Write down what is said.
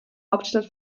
hauptstadt